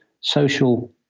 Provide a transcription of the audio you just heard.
social